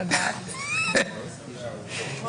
בזריזות.